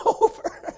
over